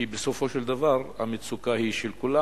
כי בסופו של דבר המצוקה היא של כולם.